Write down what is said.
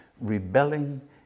rebelling